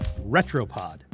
Retropod